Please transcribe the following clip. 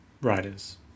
writers